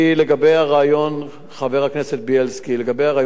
חבר הכנסת בילסקי, לגבי הרעיון של הגרפיטי.